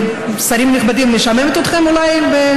שרים נכבדים, אני משעממת אתכם אולי?